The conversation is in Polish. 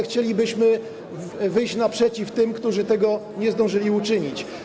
Chcielibyśmy wyjść naprzeciw tym, którzy tego nie zdążyli uczynić.